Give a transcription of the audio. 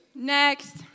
Next